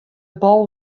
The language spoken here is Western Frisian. bal